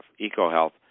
EcoHealth